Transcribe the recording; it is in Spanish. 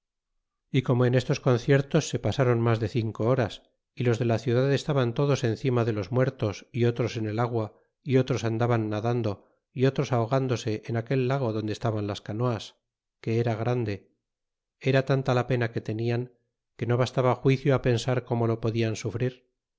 y como en estos conciertos se pasaron mas de ene horas y los de la ciudad estaban todi s en ima de los muertos y otros en el agua y otros andaban nadando y otros ahogándose en aquel lago donde estaban las canoas que era grande era a tanta la pena que tenian que no bastaba juicio á pensar como lo podian sufrir